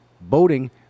boating